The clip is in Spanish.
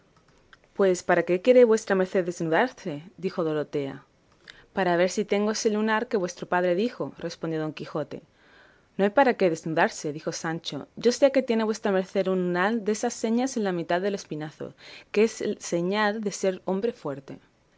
pues para qué quiere vuestra merced desnudarse dijo dorotea para ver si tengo ese lunar que vuestro padre dijo respondió don quijote no hay para qué desnudarse dijo sancho que yo sé que tiene vuestra merced un lunar desas señas en la mitad del espinazo que es señal de ser hombre fuerte